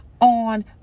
on